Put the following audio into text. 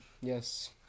yes